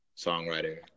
songwriter